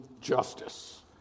justice